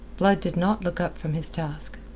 blood did not look up from his task.